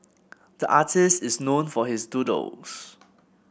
the artist is known for his doodles